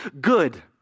good